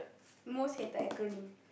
most hated acronym